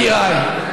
יקיריי,